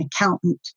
accountant